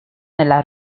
nella